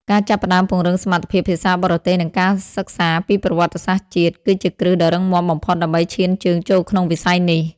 ការចាប់ផ្តើមពង្រឹងសមត្ថភាពភាសាបរទេស និងការសិក្សាពីប្រវត្តិសាស្ត្រជាតិ គឺជាគ្រឹះដ៏រឹងមាំបំផុតដើម្បីឈានជើងចូលក្នុងវិស័យនេះ។